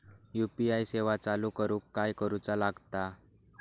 UPI सेवा चालू करूक काय करूचा लागता?